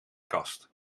kast